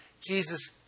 Jesus